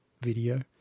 video